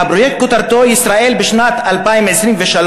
והפרויקט כותרתו: ישראל בשנת 2023,